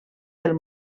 del